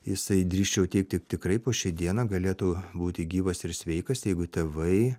jisai drįsčiau teigti tikrai po šiai dieną galėtų būti gyvas ir sveikas jeigu tėvai